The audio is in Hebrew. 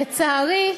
לצערי,